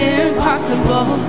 impossible